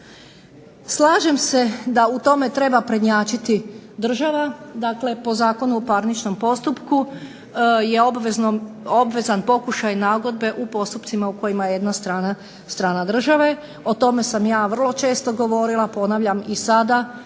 Slažem se da u tome treba prednjačiti država, dakle po Zakonu o parničnom postupku je obvezna pokušaj nagodbe u postupcima u kojima je jedna strana država. O tome sam ja vrlo često govorila, ponavljam i sada